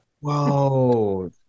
Whoa